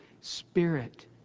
Spirit